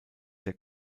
der